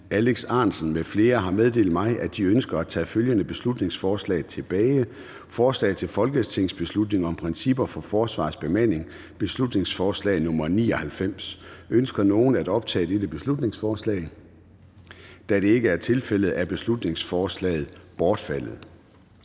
Alex Ahrendtsen (DF) m.fl. har meddelt mig, at de ønsker at tage følgende beslutningsforslag tilbage: Forslag til folketingsbeslutning om principper for Forsvarets bemanding. (Beslutningsforslag nr. B 99). Ønsker nogen at optage dette beslutningsforslag? Da det ikke er tilfældet, er beslutningsforslaget bortfaldet.